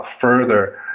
further